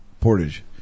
Portage